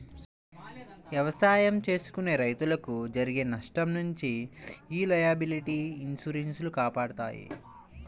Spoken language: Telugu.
ఎవసాయం చేసుకునే రైతులకు జరిగే నష్టం నుంచి యీ లయబిలిటీ ఇన్సూరెన్స్ లు కాపాడతాయి